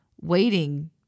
waiting